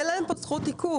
אין להם פה זכות עיכוב,